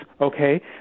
okay